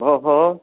ओहो